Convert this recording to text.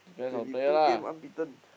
twenty two game unbeaten